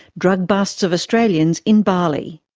drug busts of australians in bali.